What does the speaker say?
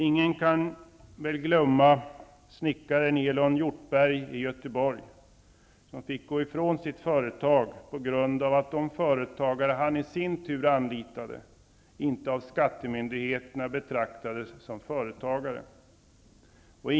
Ingen kan väl glömma snickaren Elon Hjortberg i Göteborg som fick gå ifrån sitt företag på grund av att de företagare som han i sin tur anlitade inte betraktades som företagare av skattemyndigheterna.